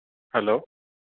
hello